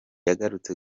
yagarutse